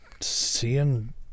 seeing